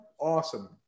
awesome